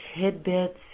tidbits